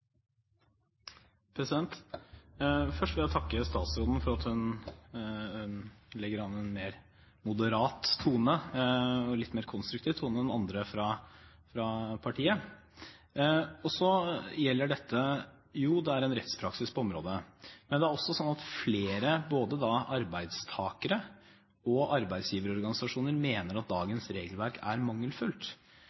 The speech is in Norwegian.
Først vil jeg takke statsråden for at hun legger an en mer moderat tone, en litt mer konstruktiv tone enn andre fra partiet. Ja, det er en rettspraksis på området. Men det er også sånn at flere, både arbeidstaker- og arbeidsgiverorganisasjoner, mener at